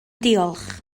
diolch